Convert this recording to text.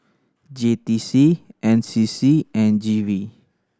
J T C N C C and G V